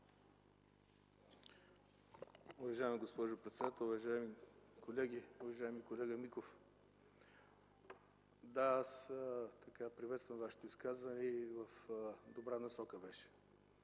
Уважаема госпожо председател, уважаеми колеги! Уважаеми колега Миков, аз приветствам Вашето изказване. То беше в добра насока.